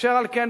אשר על כן,